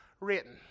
written